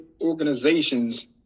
organizations